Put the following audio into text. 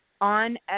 on